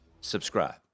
subscribe